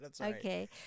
Okay